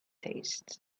taste